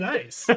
Nice